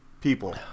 people